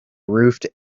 roofed